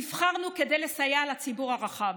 נבחרנו כדי לסייע לציבור הרחב,